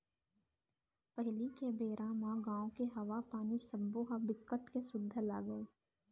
पहिली के बेरा म गाँव के हवा, पानी सबो ह बिकट के सुद्ध लागय